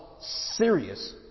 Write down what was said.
serious